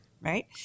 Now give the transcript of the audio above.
right